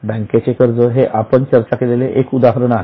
बँकेचे कर्ज हे आपण चर्चा केलेले एक उदाहरण आहे